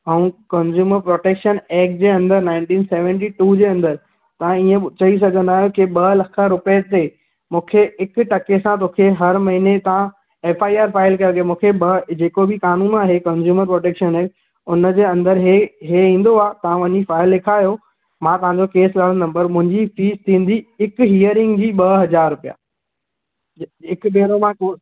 ऐं consumer protection act जे अंदरि नाइनटीन सेवनटी टू जे अंदरि तव्हां इहो चई सघंदा अहियो के ॿ लख रुपये ते मूंखे हिक टके सां तोखे हर महीने तव्हां एफ आई आर फाइल कयो के मूंखे ॿ जेको बि कानून आहे कंज़्युमर प्रॉटेक्शन में हुन अंदरि हे हे ईंदो आहे तव्हां वञी फाइल ॾेखारो मां तव्हांजो केस लड़दमि पर मुंहिंजी फ़ीस थींदी हिकु हिअरिंग जी थींदी ॿ हज़ार रुपया हिक भेरो मां कोर्ट